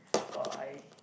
or I